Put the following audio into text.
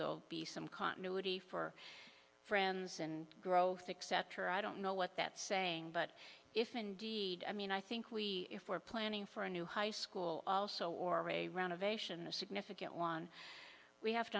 will be some continuity for friends and growth except or i don't know what that saying but if indeed i mean i think we if we're planning for a new high school also or a renovation a significant one we have to